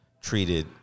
treated